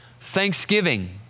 thanksgiving